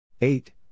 eight